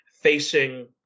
facing